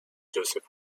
joseph